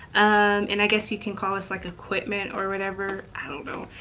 and i guess you can call us like equipment or whatever. i don't know.